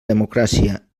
democràcia